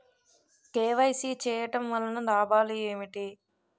KYC చేయటం వలన లాభాలు ఏమిటి?